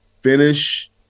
finish